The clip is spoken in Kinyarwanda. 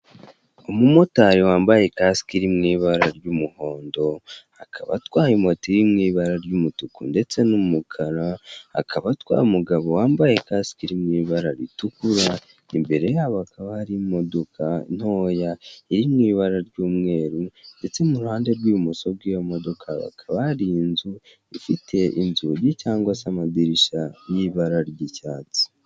Ahantu havunjishiriza ubwoko butandukanye bw'amafaranga turabona televiziyo imanitse ku gikuta, tukabona ubwoko bw'amamashini abara amafaranga nk'awe dusanga mu ma banki mo turimo turabona ko bashobora kuba bavunja amafaranga y'amadolari, amayero amapawunde n'ibindi byinshi bitandukanye, gusa bagi hagiye hariho igiciro cyashyizweho kuri buri faranga.